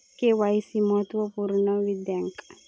KYC महत्त्वपुर्ण किद्याक?